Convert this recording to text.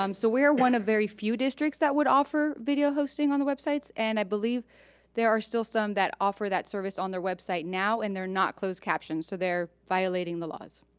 um so we are one of very few districts that would offer video hosting on the websites and i believe there are still some that offer that service on their website now and they're not closed captioned so they're violating the laws.